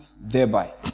thereby